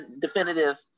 definitive